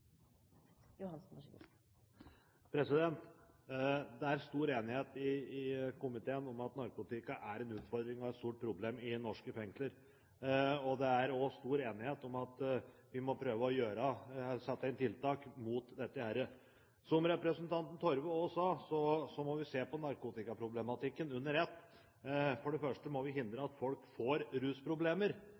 stor enighet i komiteen om at narkotika er en utfordring og et stort problem i norske fengsler, og det er også stor enighet om at vi må prøve å sette inn tiltak mot dette. Som representanten Torve også sa, må vi se narkotikaproblematikken under ett. For det første må vi hindre at folk får rusproblemer